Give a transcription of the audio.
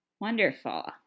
Wonderful